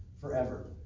forever